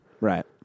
Right